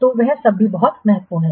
तो वह समय भी बहुत महत्वपूर्ण है